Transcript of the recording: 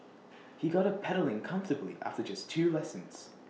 he got her pedalling comfortably after just two lessons